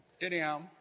Anyhow